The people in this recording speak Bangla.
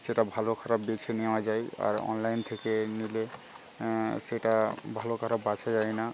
সেটা ভালো খারাপ বেছে নেওয়া যায় আর অনলাইন থেকে নিলে সেটা ভালো খারাপ বাছা যায় না